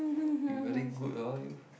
you very good orh you